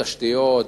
תשתיות,